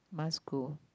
must go